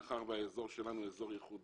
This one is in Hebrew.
מאחר שהאזור שלנו הוא אזור ייחודי,